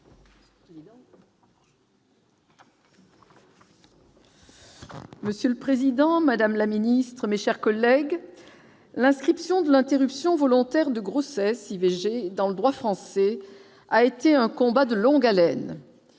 Monsieur le président, madame la ministre, mes chers collègues, l'inscription de l'interruption volontaire de grossesse dans le droit français a été un combat de longue haleine.